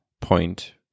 point